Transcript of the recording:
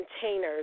containers